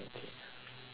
sounds good